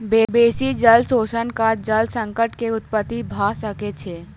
बेसी जल शोषण सॅ जल संकट के उत्पत्ति भ सकै छै